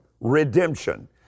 redemption